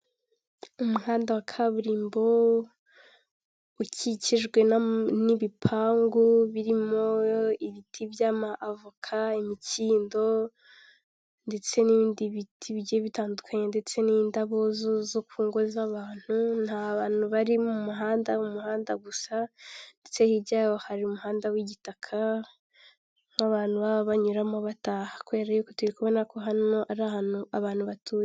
Umuhanda wa kaburimbo ukikijwe n'ibipangu birimo ibiti by'ama avoka imikindo ndetse n'ibindi biti bijye bitandukanye ndetse n'indabo zo ku ngo z'abantu nta bantu bari mu muhanda, mu muhanda gusa ndetse hiryayo hari umuhanda w'igitaka nk'abantu baba banyuramo bataha kubera turi kubona ko hano ari ahantu abantu batuye.